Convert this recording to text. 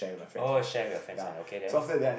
oh share with your friends ah okay then